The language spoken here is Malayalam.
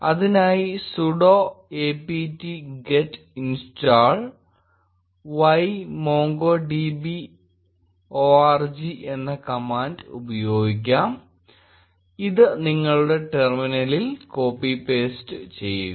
അതിനായി sudo apt get install y MongoDB org എന്ന കമാൻഡ് ഉപയോഗിക്കാം ഇത് നിങ്ങളുടെ ടെർമിനലിൽ കോപ്പി പേസ്റ്റ് ചെയ്യുക